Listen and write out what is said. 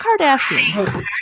Kardashians